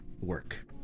work